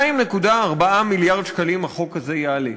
2.4 מיליארד שקלים החוק הזה יעלה.